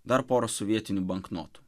dar porą sovietinių banknotų